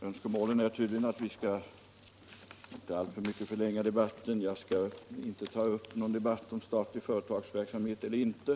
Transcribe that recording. Herr talman! Det är tydligen eu önskemål att vi inte förlänger denna debatt alltför mycket, och därför skall jag nu inte ta upp någon diskussion om huruvida vi skall ha någon statlig företagsamhet eller inte.